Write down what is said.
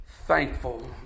thankful